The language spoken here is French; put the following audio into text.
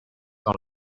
dans